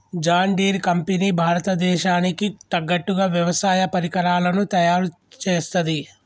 John Deere company భారత దేశానికి తగ్గట్టుగా వ్యవసాయ పరికరాలను తయారుచేస్తది